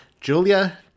julia